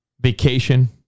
vacation